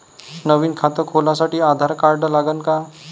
नवीन खात खोलासाठी आधार कार्ड लागन का?